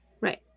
Right